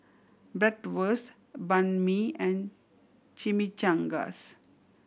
Bratwurst Banh Mi and Chimichangas